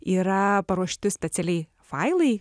yra paruošti specialiai failai